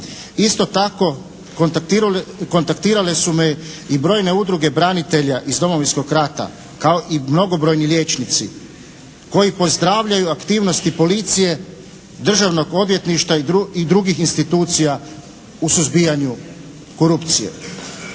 Isto tako kontaktirale su me i brojne udruge branitelja iz Domovinskog rata kao i mnogobrojni liječnici koji pozdravljaju aktivnosti policije, državnog odvjetništva i drugih institucija u suzbijanju korupcije.